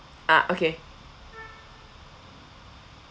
ah okay